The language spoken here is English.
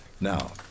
Now